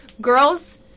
Girls